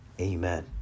Amen